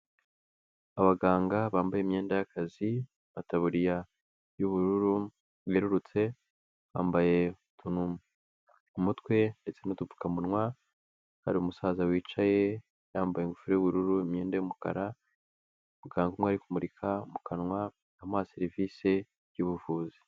Abaganga bambaye imyenda y'akazi, amataburiya y'ubururu bwerurutse, bambaye utunu mu mutwe ndetse n'udupfukamunwa, hari umusaza wicaye, yambaye ingofero y''ubururu, imyenda y'umukara umuganga umwe ari kumurika mu kanwa amuha serivise y'ubuvuzi.